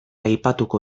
aipatuko